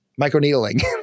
Microneedling